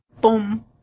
Boom